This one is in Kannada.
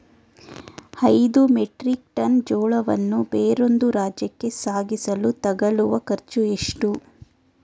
ಐದು ಮೆಟ್ರಿಕ್ ಟನ್ ಜೋಳವನ್ನು ಬೇರೊಂದು ರಾಜ್ಯಕ್ಕೆ ಸಾಗಿಸಲು ತಗಲುವ ಖರ್ಚು ಎಷ್ಟು?